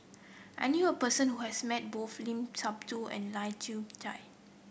I knew a person who has met both Limat Sabtu and Lai Kew Chai